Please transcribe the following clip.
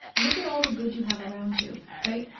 look at all the good you have around you, right.